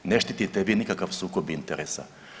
Ne štitite vi nikakav sukob interesa.